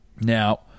Now